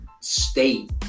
state